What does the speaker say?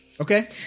Okay